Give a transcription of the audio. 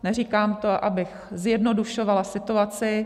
Neříkám to, abych zjednodušovala situaci.